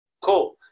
Cool